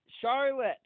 Charlotte